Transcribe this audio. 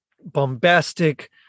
bombastic